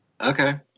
Okay